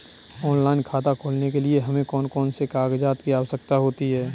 Online खाता खोलने के लिए हमें कौन कौन से कागजात की आवश्यकता होती है?